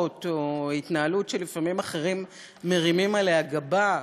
או התנהלות שלפעמים אחרים מרימים עליה גבה.